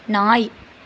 நாய்